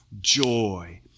joy